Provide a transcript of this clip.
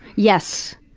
yes.